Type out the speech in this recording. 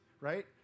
right